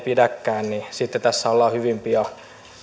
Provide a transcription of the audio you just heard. pidäkään niin sitten tässä ollaan hyvin pian